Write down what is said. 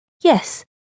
Yes